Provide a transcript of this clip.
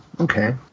Okay